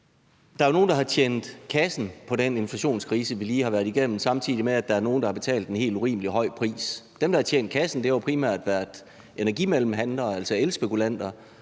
Der er jo nogle, der har tjent kassen på den inflationskrise, vi lige har været igennem, samtidig med at der er nogle, der har betalt en helt urimelig høj pris. Dem, der har tjent kassen, har jo primært været energimellemhandlere, altså elspekulanter,